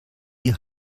ihr